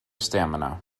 stamina